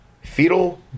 fetal